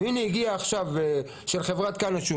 הגיע משלוח של חברת קנשור,